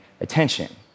attention